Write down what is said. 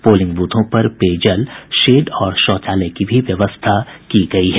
polling बूथों पर पेयजल शेड और शौचालय की भी व्यवस्था की गयी है